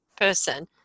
person